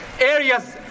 areas